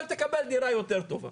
אבל תקבל דירה יותר טובה.